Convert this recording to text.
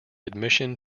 admission